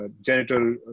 genital